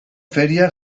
feria